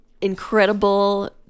incredible